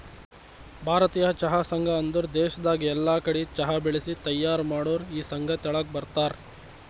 ಭಾರತೀಯ ಚಹಾ ಸಂಘ ಅಂದುರ್ ದೇಶದಾಗ್ ಎಲ್ಲಾ ಕಡಿ ಚಹಾ ಬೆಳಿಸಿ ತೈಯಾರ್ ಮಾಡೋರ್ ಈ ಸಂಘ ತೆಳಗ ಬರ್ತಾರ್